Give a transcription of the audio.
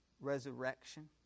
resurrection